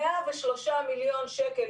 103 מיליון שקל,